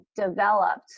Developed